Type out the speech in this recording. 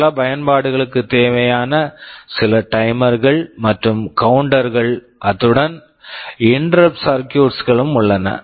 பல பயன்பாடுகளுக்குத் தேவையான சில டைமர்கள் timers மற்றும் கவுண்டர்கள் counters கள் அத்துடன் இன்டெரப்ட் சர்க்குயூட்ஸ் interrupt circuits களும் உள்ளன